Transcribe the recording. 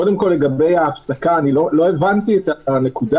קודם כל, לגבי ההפסקה, לא הבנתי את הנקודה